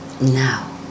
now